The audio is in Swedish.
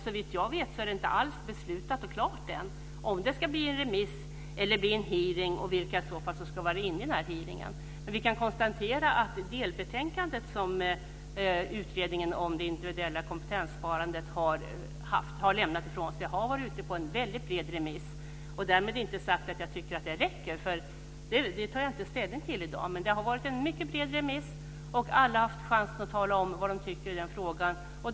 Såvitt jag vet är det inte alls beslutat och klart än om det ska bli en remiss eller en hearing och vilka som i så fall ska vara med. Men vi kan konstatera att det delbetänkande som utredningen om det individuella kompetenssparandet har lämnat ifrån sig har varit ute på en väldigt bred remiss. Därmed inte sagt att jag tycker att det räcker - det tar jag inte ställning till i dag. Det har varit en mycket bred remiss, och alla har haft chansen att tala om vad de tycker i den frågan.